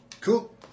Cool